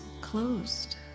closed